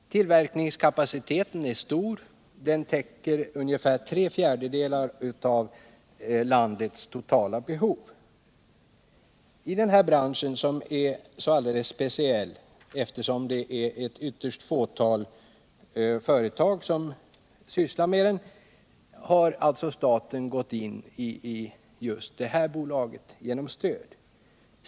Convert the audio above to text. Tillverkningskapaciteten är stor; den täcker ungefär tre fjärdedelar av landets totala behov. I den här branschen, som är så speciell eftersom den omfattar ett ytterst litet antal företag, har staten således gått in med stöd till just Nord-Malt.